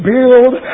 Build